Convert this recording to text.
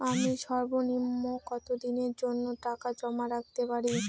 আমি সর্বনিম্ন কতদিনের জন্য টাকা জমা রাখতে পারি?